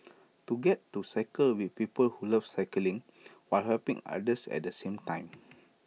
to get to cycle with people who love cycling while helping others at the same time